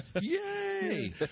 yay